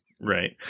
Right